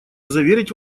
заверить